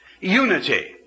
unity